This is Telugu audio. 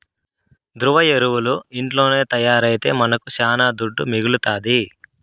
ద్రవ ఎరువులు ఇంట్లోనే తయారైతే మనకు శానా దుడ్డు మిగలుతాది